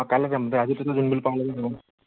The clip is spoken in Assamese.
কাইলৈ যাম আজি তেনে